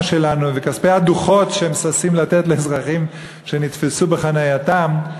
שלנו ומכספי הדוחות שהם ששים לתת לאזרחים שנתפסו בחנייתם,